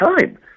time